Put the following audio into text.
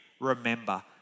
remember